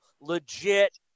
legit